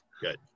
Good